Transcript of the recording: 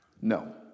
No